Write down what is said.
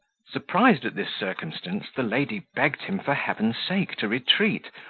surprised at this circumstance, the lady begged him for heaven's sake to retreat,